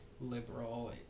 liberal